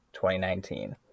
2019